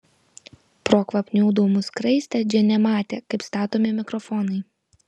pro kvapnių dūmų skraistę džinė matė kaip statomi mikrofonai